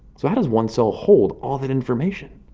so how does one cell hold all that information?